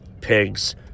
pigs